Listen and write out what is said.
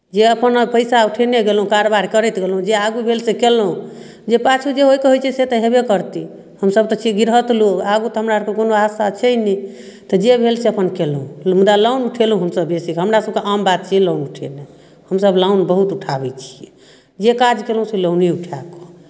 जे अपना पैसा उठेने गेलहुँ कारबार करैत गेलहुँ जे आगू भेल से कयलहुँ जे पाछू जे होयके होइत छै से तऽ हेबे करतै हमसभ तऽ छियै गिरहत लोक आगू तऽ हमरा आरके कोनो आशा छै नहि तऽ जे भेल से अपन कयलहुँ मुदा लोन उठेलहुँ हमसभ बेसी हमरा सभके आम बात छियै लोन उठेनाइ हमसभ लोन बहुत उठाबै छियै जे काज कयलहुँ से लोने उठाए कऽ